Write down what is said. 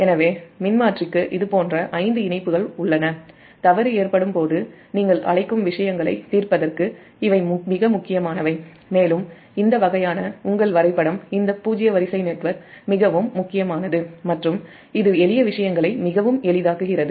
எனவே மின்மாற்றிக்கு இதுபோன்ற 5 இணைப்புகள் உள்ளன தவறு ஏற்படும் போது நீங்கள் அழைக்கும் விஷயங்களைத் தீர்ப்பதற்கு இவை மிக முக்கியமானவை மேலும் இந்த வகையான உங்கள் வரைபடம் இந்த பூஜ்ஜிய வரிசை நெட்வொர்க் மிகவும் முக்கியமானது மற்றும் இது எளிய விஷயங்களை மிகவும் எளிதாக்குகிறது